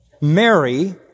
Mary